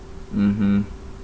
mmhmm